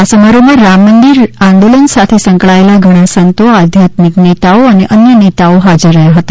આ સમારોહમાં રામ મંદિર આંદોલન સાથે સંકળાયેલા ઘણા સંતો આધ્યાત્મિક નેતાઓ અને અન્ય નેતાઓ હાજર હતા